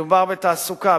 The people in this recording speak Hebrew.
מדובר בתעסוקה,